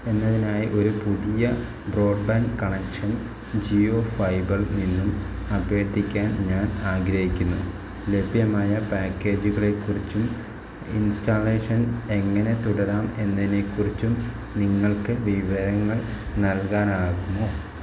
എന്നതിനായി ഒരു പുതിയ ബ്രോഡ്ബാൻഡ് കണക്ഷൻ ജിയോ ഫൈബറിൽ നിന്നും അഭ്യർഥിക്കാൻ ഞാൻ ആഗ്രഹിക്കുന്നു ലഭ്യമായ പാക്കേജുകളെ കുറിച്ചും ഇൻസ്റ്റാളേഷൻ എങ്ങനെ തുടരാം എന്നതിനെക്കുറിച്ചും നിങ്ങൾക്ക് വിവരങ്ങൾ നൽകാനാകുമോ